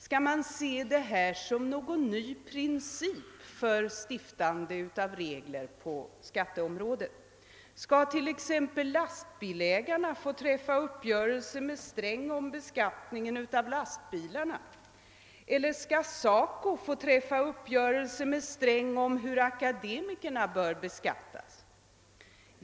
Skall man se detta som någon ny princip för införande av regler på skatteområdet? Skall t.ex. lastbilägarna få träffa uppgörelse med herr Sträng om beskattningen av lastbilarna? Eller skall SACO få träffa uppgörelse med herr Sträng om hur akademikerna bör beskattas?